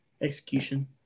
execution